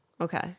Okay